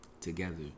together